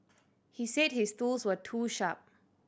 he said his tools were too sharp